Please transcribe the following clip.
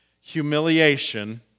humiliation